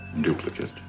duplicate